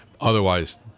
otherwise